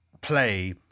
play